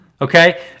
okay